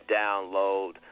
download